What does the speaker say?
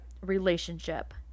relationship